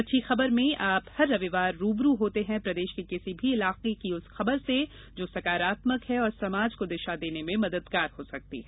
अच्छी खबर में आप हर रविवार रूबरू होते हैं प्रदेश के किसी भी इलाके की उस खबर से जो सकारात्मक है और समाज को दिशा देने में मददगार हो सकती है